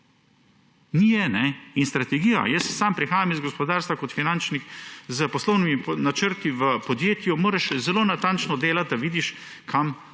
kje je strategija. Ni je! Sam prihajam iz gospodarstva kot finančnik. S poslovnimi načrti v podjetju moraš zelo natančno delati, da vidiš, kam